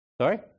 Sorry